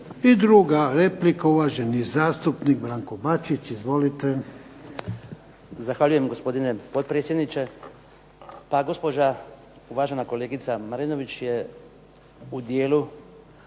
I druga replika, uvaženi zastupnik Branko Bačić. Izvolite. **Bačić, Branko (HDZ)** Zahvaljujem gospodine potpredsjedniče. Pa gospođa uvažena kolegica Marinović je u dijelu